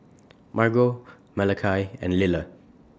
Margot Malachi and Liller